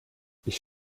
ich